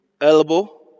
elbow